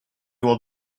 old